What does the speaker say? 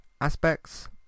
aspects